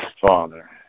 Father